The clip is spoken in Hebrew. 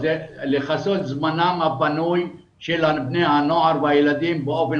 למלא את זמנם הפנוי של בני הנוער והילדים באופן